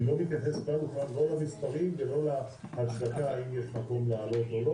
אני לא מתייחס כאן לא למספרים ולא להצדקה האם יש מקום להעלות או לא